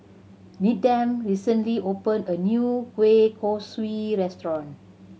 Needham recently opened a new kueh kosui restaurant